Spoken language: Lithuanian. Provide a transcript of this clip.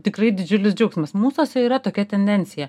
tikrai didžiulis džiaugsmas mūsuose yra tokia tendencija